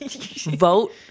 Vote